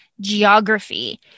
geography